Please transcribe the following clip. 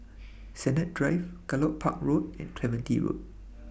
Sennett Drive Gallop Park Road and Clementi Road